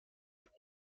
pour